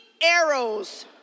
arrows